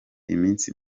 iminsi